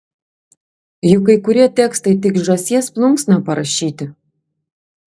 juk kai kurie tekstai tik žąsies plunksna parašyti